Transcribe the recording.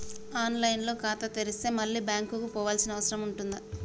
On line లో ఖాతా తెరిస్తే మళ్ళీ బ్యాంకుకు పోవాల్సిన అవసరం ఉంటుందా?